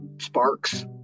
sparks